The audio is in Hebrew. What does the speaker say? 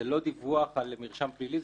זה לא דיווח על מרשם פלילי,